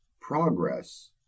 progress